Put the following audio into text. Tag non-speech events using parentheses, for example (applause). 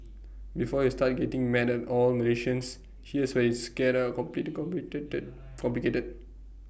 before you start getting mad at all Malaysians here's where it's get A (unintelligible) complicated